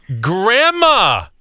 Grandma